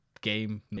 game